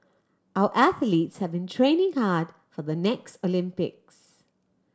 our athletes have been training hard for the next Olympics